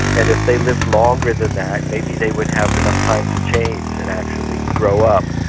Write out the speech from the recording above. and if they lived longer than that maybe they would have enough time to change and actually grow up.